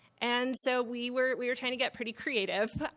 and so we were we were trying to get pretty creative.